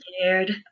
scared